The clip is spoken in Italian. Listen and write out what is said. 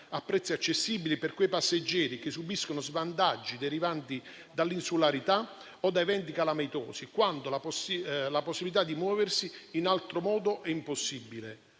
a prezzi accessibili per quei passeggeri che subiscono svantaggi derivanti dall'insularità o da eventi calamitosi, quando non vi è la possibilità di muoversi in altro modo.